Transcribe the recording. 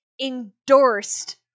endorsed